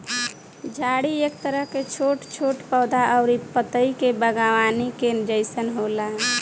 झाड़ी एक तरह के छोट छोट पौधा अउरी पतई के बागवानी के जइसन होला